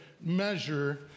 measure